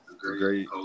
great